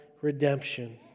redemption